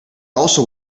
also